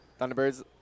Thunderbirds